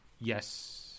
Yes